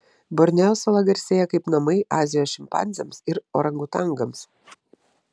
borneo sala garsėja kaip namai azijos šimpanzėms ir orangutangams